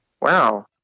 Wow